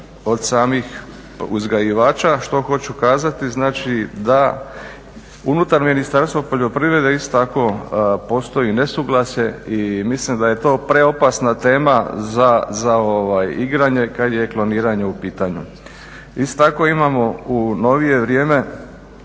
od samih uzgajivača što hoću kazati, znači da unutar Ministarstva poljoprivrede isto tako postoji nesuglasje i mislim da je to preopasna tema za ovaj igranje kad je kloniranje u pitanju. Isto tako imamo u novije vrijeme